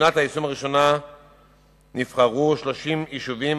לשנת היישום הראשונה נבחרו 30 יישובים,